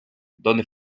donde